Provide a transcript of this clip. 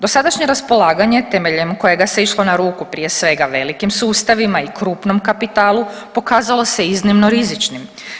Dosadašnje raspolaganje temeljem kojega se išlo na ruku prije svega velikim sustavima i krupnom kapitalu pokazalo se iznimno rizičnim.